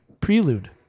Prelude